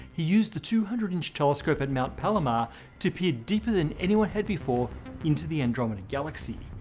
he used the two hundred inch telescope at mt. palomar to peer deeper than anyone had before into the andromeda galaxy.